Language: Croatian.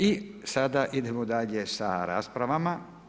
I sada idemo dalje sa raspravama.